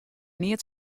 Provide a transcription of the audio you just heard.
neat